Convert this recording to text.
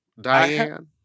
Diane